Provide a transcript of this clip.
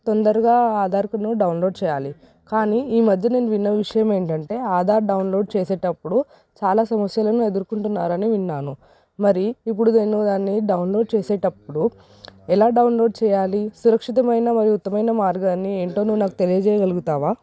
తొందరగా ఆధార్ను డౌన్లోడ్ చెయ్యాలి కానీ ఈ మధ్య నేను విన్న విషయం ఏంటంటే ఆధార్ డౌన్లోడ్ చేసేటప్పుడు చాలా సమస్యలను ఎదుర్కొంటున్నారని విన్నాను మరి ఇప్పుడు నేను దాన్ని డౌన్లోడ్ చేసేటప్పుడు ఎలా డౌన్లోడ్ చెయ్యాలి సురక్షితమైన మరియు ఉత్తమైన మార్గం ఏంటో నువ్వు నాకు తెలియజేయగలుగుతావా